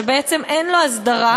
שבעצם אין לו הסדרה,